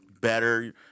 better